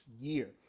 year